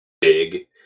big